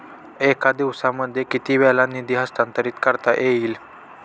एका दिवसामध्ये किती वेळा निधी हस्तांतरीत करता येईल?